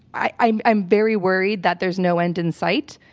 i'm i'm very worried that there's no end in sight,